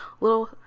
little